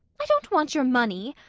i don't want your money!